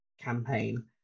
campaign